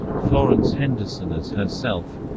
florence henderson as herself